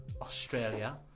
Australia